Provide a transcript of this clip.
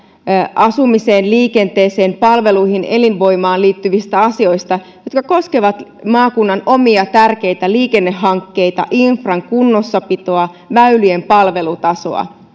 asumiseen liikenteeseen palveluihin elinvoimaan liittyvistä asioista jotka koskevat maakunnan omia tärkeitä liikennehankkeita infran kunnossapitoa väylien palvelutasoa